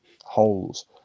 holes